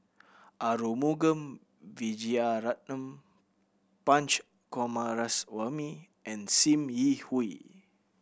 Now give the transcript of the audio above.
Arumugam Vijiaratnam Punch Coomaraswamy and Sim Yi Hui